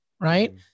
right